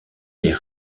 des